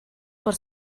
per